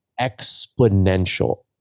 exponential